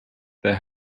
their